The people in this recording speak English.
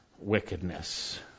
wickedness